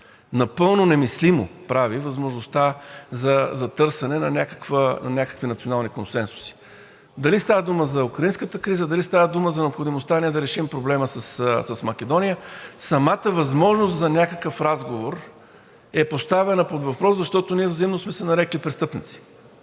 Напълно немислимо прави възможността за търсене на някакви национални консенсуси. Дали става дума за украинската криза, дали става дума за необходимостта ни да решим проблема с Македония, самата възможност за някакъв разговор е поставена под въпрос, защото ние взаимно сме се нарекли престъпници.